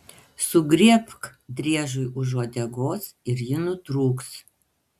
sugriebk driežui už uodegos ir ji nutrūks